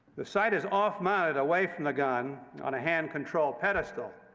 the sight is off-mounted away from the gun on a hand control pedestal.